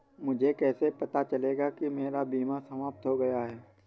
मुझे कैसे पता चलेगा कि मेरा बीमा समाप्त हो गया है?